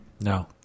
No